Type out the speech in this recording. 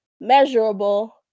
measurable